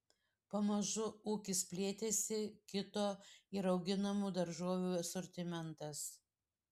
pamažu ūkis plėtėsi kito ir auginamų daržovių asortimentas